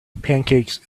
pancakes